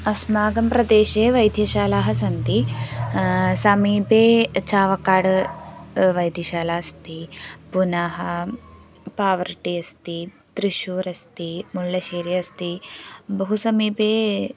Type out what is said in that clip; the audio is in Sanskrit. अस्माकं प्रदेशे वैद्यशालाः सन्ति समीपे चावकाड् वैद्यशाला अस्ति पुनः पावर्टि अस्ति त्रिश्शूर् अस्ति मुळ्ळशिरि अस्ति बहु समीपे